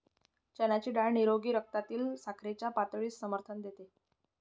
चण्याची डाळ निरोगी रक्तातील साखरेच्या पातळीस समर्थन देते